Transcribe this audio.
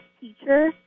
teacher